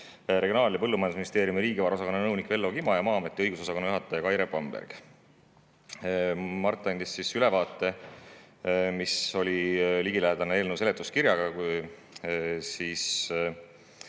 Regionaal- ja Põllumajandusministeeriumi riigivaraosakonna nõunik Vello Kima ja Maa-ameti õigusosakonna juhataja Kaire Bamberg. Mart andis ülevaate, mis oli ligilähedane eelnõu seletuskirjaga, ja saime